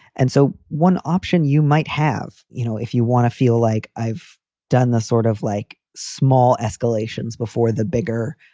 and so one option you might have, you know, if you want to feel like i've done the sort of like small escalations before the bigger,